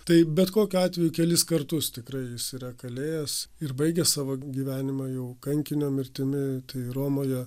tai bet kokiu atveju kelis kartus tikrai jis yra kalėjęs ir baigė savo gyvenimą jau kankinio mirtimi tai romoje